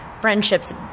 friendships